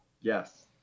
Yes